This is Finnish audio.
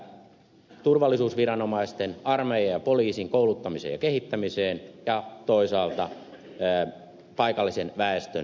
yhtäältä turvallisuusviranomaisten armeijan ja poliisin kouluttamiseen ja kehittämiseen ja toisaalta paikallisen väestön suojelemiseen